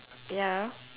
ya